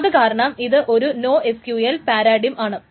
അതുകാരണം ഇത് ഒരു നോഎസ്ക്യുഎൽ പാരാഡിം ആണ്